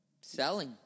Selling